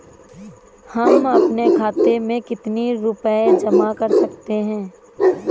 हम अपने खाते में कितनी रूपए जमा कर सकते हैं?